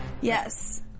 Yes